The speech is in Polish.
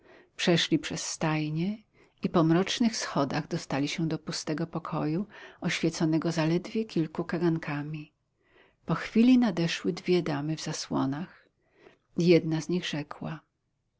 przeszli przez stajnie i po mrocznych schodach dostali się do pustego pokoju oświeconego zaledwie kilku kagankami po chwili nadeszły dwie damy w zasłonach i jedna z nich rzekła